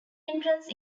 entrance